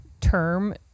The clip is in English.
term